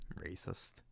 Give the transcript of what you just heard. racist